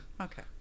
Okay